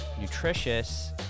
nutritious